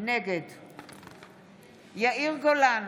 ישראל בבלפור,